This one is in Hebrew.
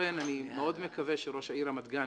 לכן אני מאוד מקווה שראש העיר רמת גן